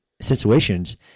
situations